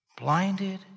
blinded